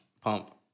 pump